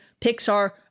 Pixar